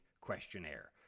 questionnaire